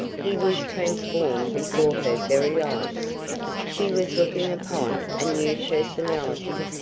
he was transformed before her very eyes she was looking upon a new personality.